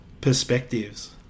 perspectives